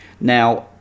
Now